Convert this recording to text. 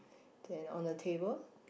then on the table